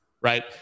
Right